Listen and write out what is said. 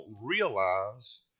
realize